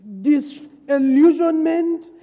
disillusionment